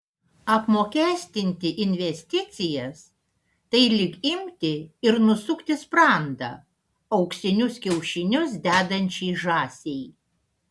apmokestinti investicijas tai lyg imti ir nusukti sprandą auksinius kiaušinius dedančiai žąsiai